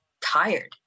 tired